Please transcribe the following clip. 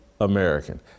American